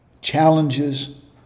challenges